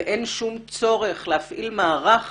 ואין שום צורך להפעיל מערך